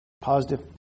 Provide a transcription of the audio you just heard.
Positive